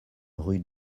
rue